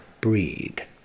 breed